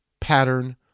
pattern